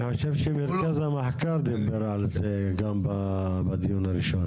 אני חושב שמרכז המחקר דיבר על זה בדיון הראשון.